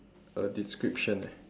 a description eh